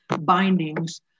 bindings